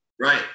right